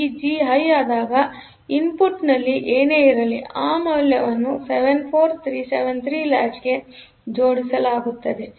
ಈ G high ಆದಾಗ ಇನ್ಪುಟ್ನಲ್ಲಿ ಏನೇ ಇರಲಿ ಆ ಮೌಲ್ಯವನ್ನು 74373 ಲಾಚ್ಗೆ ಜೋಡಿಸಲಾಗುತ್ತದೆ